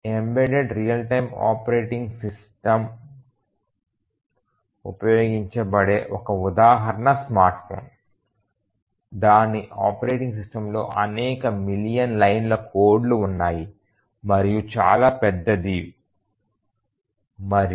embedded real time operating system ఉపయోగించబడే ఒక ఉదాహరణ స్మార్ట్ ఫోన్ దాని ఆపరేటింగ్ సిస్టమ్లో అనేక మిలియన్ లైన్ల కోడ్లు ఉన్నాయి మరియు చాలా పెద్దవి మరియు